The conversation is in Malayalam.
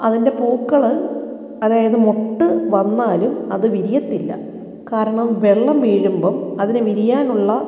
അതിൻ്റെ പൂക്കൾ അതായത് മൊട്ട് വന്നാലും അത് വിരിയത്തില്ല കാരണം വെള്ളം വീഴുമ്പം അതിന് വിരിയാനുള്ള